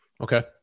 Okay